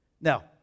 Now